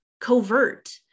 covert